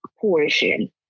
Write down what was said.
portion